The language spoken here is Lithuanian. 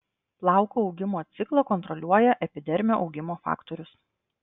plauko augimo ciklą kontroliuoja epidermio augimo faktorius